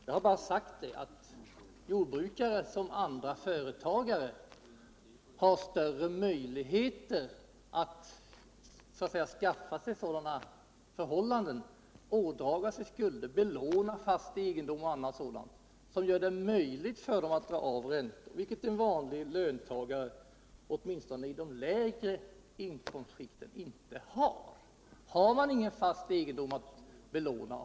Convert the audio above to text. Jag har bara sagt att jordbrukare liksom andra företagare har större möjligheter att skaffa sig sådana förhållanden, ådra sig skulder, belåna fast egendom och annat, som gör det möjligt för dem att dra av räntor vid beskattningen, vilket en vanlig löntagare åtminstone i de lägre inkomstskikten inte kan.